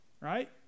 right